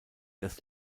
das